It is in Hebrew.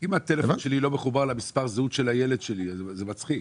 אם הטלפון שלי לא מחובר למספר הזהות של הילד שלי זה מצחיק.